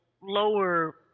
lower